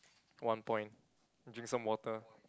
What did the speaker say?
one point drink some water